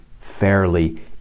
fairly